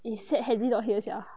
he sad henry not here sia